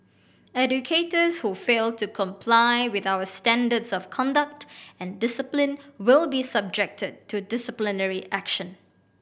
educators who fail to comply with our standards of conduct and discipline will be subjected to disciplinary action